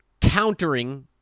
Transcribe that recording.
countering